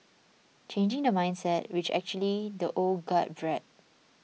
changing the mindset which actually the old guard bred